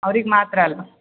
ಅವರಿಗೆ ಮಾತ್ರ ಅಲ್ವಾ